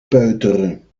peuteren